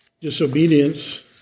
disobedience